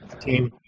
team